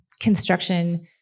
construction